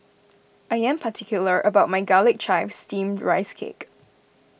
I am particular about my Garlic Chives Steamed Rice Cake